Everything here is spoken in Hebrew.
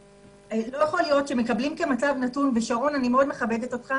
לא יכול להיות שמקבלים כמצב נתון ושרון אני מאוד מכבדת אותך,